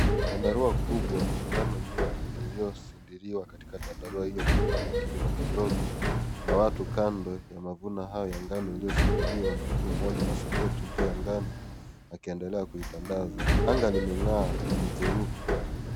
Tandarua kubwa na ngano nyingi iliyosindiriwa katika tandarua kufanya kilimo kidogo na watu kando ya mavuno hayo ya ngano iliyosindiriwa na mtu mmoja anasepetu juu ya ngano akiendelea kuitandaza. Anga limengaa na ni jeupe.